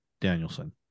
Danielson